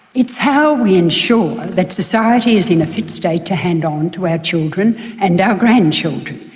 it's how we ensure that society is in a fit state to hand on to our children and grandchildren.